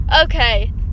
okay